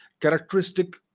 characteristic